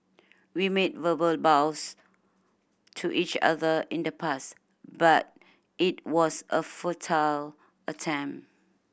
we made verbal vows to each other in the past but it was a futile attempt